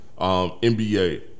NBA